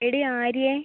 എടീ ആര്യേ